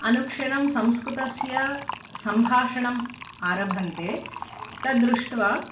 अनुक्षणं संस्कृतस्य संभाषणम् आरभन्ते तद्दृष्ट्वा